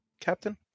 Captain